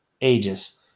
ages